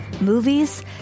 movies